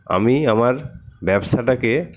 আমি আমার ব্যবসাটাকে